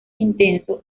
intenso